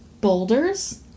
Boulders